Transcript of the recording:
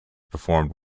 performed